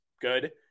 good